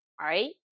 right